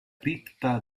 cripta